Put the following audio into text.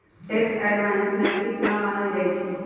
tax avoidance नैतिक न मानल जाइ छइ